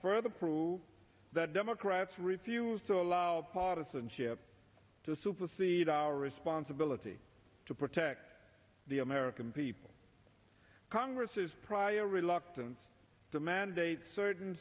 further prove that democrats refused to allow partisanship to supercede our responsibility to protect the american people congress's prior reluctance to mandate certain